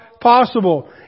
possible